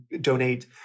donate